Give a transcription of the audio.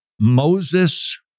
Moses